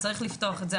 צריך לפתוח את זה,